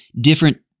different